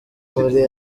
muri